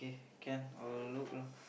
can I will look lah